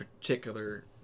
particular